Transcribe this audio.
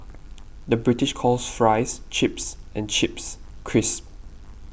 the British calls Fries Chips and Chips Crisps